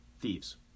thieves